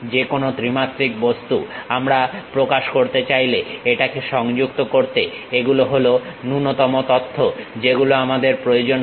যেকোনো ত্রিমাত্রিক বস্তু আমরা প্রকাশ করতে চাইলে এটাকে সংযুক্ত করতে এগুলো হলো ন্যূনতম তথ্য যেগুলোর আমাদের প্রয়োজন হবে